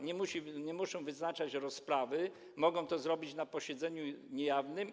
Nie muszą wyznaczać rozprawy, mogą to zrobić na posiedzeniu niejawnym.